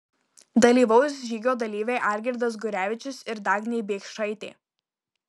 dalyvaus žygio dalyviai algirdas gurevičius ir dagnė biekšaitė